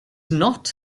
not